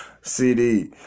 CD